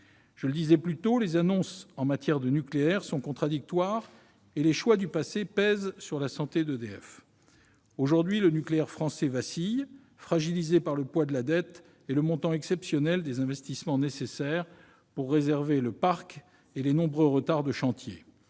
Je le disais plus tôt, les annonces en matière de nucléaire sont contradictoires et les choix du passé pèsent sur la santé d'EDF. Aujourd'hui, le nucléaire français vacille, fragilisé par le poids de la dette et par le montant exceptionnel des investissements nécessaires pour rénover le parc et les nombreux retards de chantier